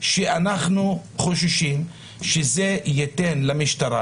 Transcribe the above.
הוא שאנחנו חוששים שזה ייתן למשטרה